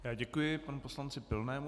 Já děkuji panu poslanci Pilnému.